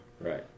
Right